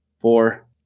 Four